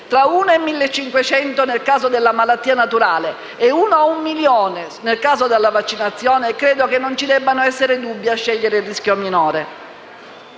su 1.500 nel caso della malattia naturale e uno su un milione nel caso della vaccinazione, credo che non debbano esservi dubbi nello scegliere il rischio minore.